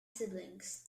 siblings